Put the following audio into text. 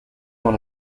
dans